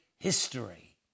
history